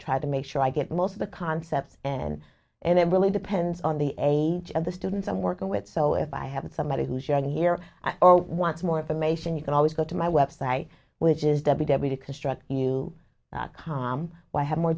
try to make sure i get most of the concepts and and it really depends on the age of the students i'm working with so if i have somebody who's young here or wants more information you can always go to my web site which is debbie debbie to construct you come i have more